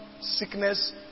sickness